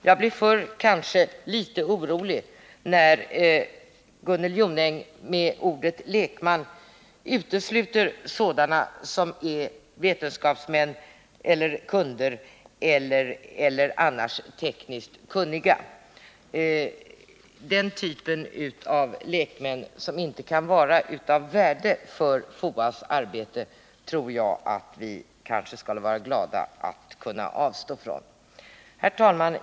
Jag blir förr kanske litet orolig när Gunnel Jonäng från begreppet ”lekman” utesluter sådana som är vetenskapsmän, kunder eller på annat sätt tekniskt kunniga. Den typen av lekmän som inte kan vara av värde för FOA:s arbete skall vi kanske vara glada att få avstå från. Herr talman!